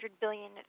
billion